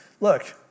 look